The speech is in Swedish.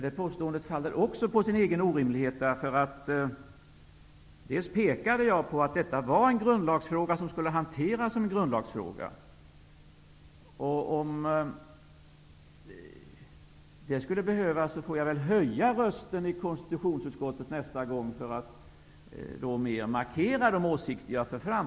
Det påståendet faller också på sin egen orimlighet. Jag pekade på att detta var en grundlagsfråga som skulle hanteras som en grundlagsfråga. Om det skulle behövas, får jag väl höja rösten i konstitutionsutskottet nästa gång för att mer markera de åsikter som jag för fram.